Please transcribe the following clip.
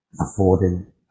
affording